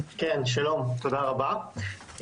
שלום ותודה רבה,